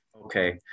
okay